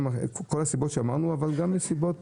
בשל כל הסיבות שאמרנו אבל גם בשל סיבות